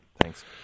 thanks